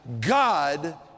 God